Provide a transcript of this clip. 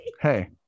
Hey